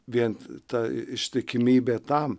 vien ta ištikimybė tam